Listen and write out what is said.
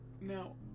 now